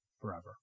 forever